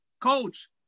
Coach